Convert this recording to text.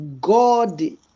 God